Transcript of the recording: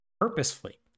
Purposefully